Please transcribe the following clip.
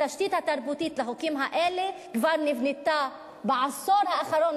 התשתית התרבותית לחוקים האלה כבר נבנתה בעשור האחרון,